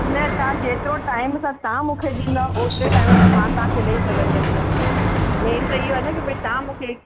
न तव्हां जेतिरो टाइम सां तव्हां मूंखे ॾींदव ओतिरे टाइम सां मां तव्हांखे ॾई सघंदसि मेन त इहो आहे न की भई तव्हां मूंखे